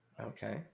Okay